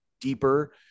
deeper